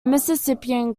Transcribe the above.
mississippian